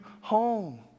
home